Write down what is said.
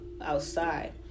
outside